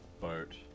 boat